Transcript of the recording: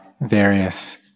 various